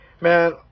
man